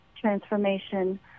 transformation